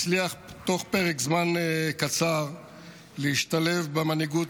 הצליח תוך פרק זמן קצר להשתלב במנהיגות